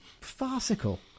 Farcical